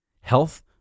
health